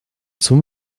zum